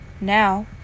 Now